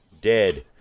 Dead